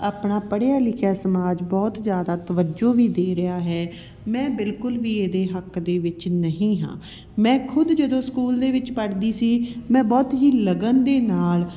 ਆਪਣਾ ਪੜ੍ਹਿਆ ਲਿਖਿਆ ਸਮਾਜ ਬਹੁਤ ਜ਼ਿਆਦਾ ਤਵੱਜੋ ਵੀ ਦੇ ਰਿਹਾ ਹੈ ਮੈਂ ਬਿਲਕੁਲ ਵੀ ਇਹਦੇ ਹੱਕ ਦੇ ਵਿੱਚ ਨਹੀਂ ਹਾਂ ਮੈਂ ਖੁਦ ਜਦੋਂ ਸਕੂਲ ਦੇ ਵਿੱਚ ਪੜ੍ਹਦੀ ਸੀ ਮੈਂ ਬਹੁਤ ਹੀ ਲਗਨ ਦੇ ਨਾਲ